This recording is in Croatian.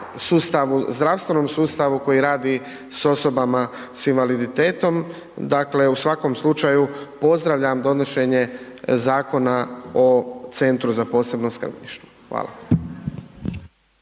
zdravstvenom sustavu koji radi s osobama s invaliditetom. Dakle i svakom slučaju pozdravljam donošenje Zakona o centru za posebno skrbništvo. Hvala.